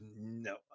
no